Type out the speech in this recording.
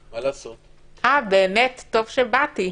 באמת, טוב שבאתי,